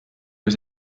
was